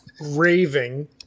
raving